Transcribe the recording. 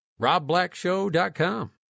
RobBlackShow.com